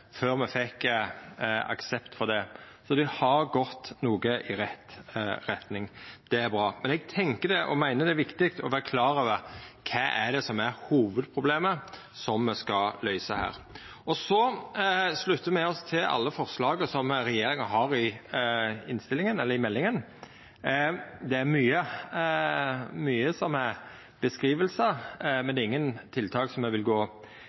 før me fekk aksept for det. Så det har gått noko i rett retning, og det er bra. Men eg tenkjer og meiner det er viktig å vera klar over kva som er hovudproblemet som me skal løysa her. Me sluttar oss til alle forslaga som regjeringa har i meldinga. Det er mykje som er beskrivingar, men det er ingen tiltak som me vil gå